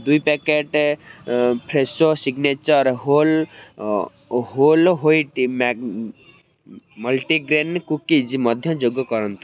ଦୁଇ packet Fresho signature whole whole wheat mag multigrain cookies ମଧ୍ୟ ଯୋଗ କରନ୍ତୁ